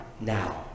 now